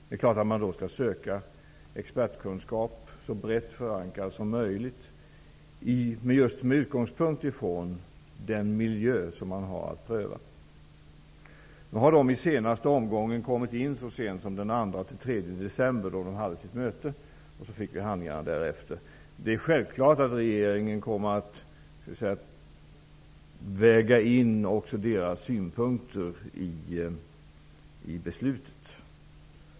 Självfallet skall man söka expertkunskap, så brett förankrad som möjligt, med utgångspunkt från den miljö man har att pröva. Nu har expertpanelens synpunkter i senaste omgången kommit så sent som 2--3 december, då den hade sitt möte. Därefter fick vi handlingarna. Självfallet kommer regeringen att väga in också dess synpunkter i beslutet.